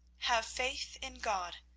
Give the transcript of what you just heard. have faith in god,